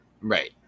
Right